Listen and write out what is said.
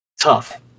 tough